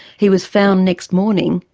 he was found next morning,